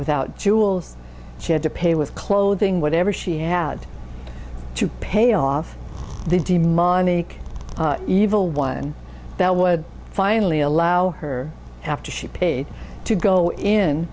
without jewels she had to pay with clothing whatever she had to pay off the demonic evil one that would finally allow her after she paid to go in